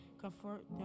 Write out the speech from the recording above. comfort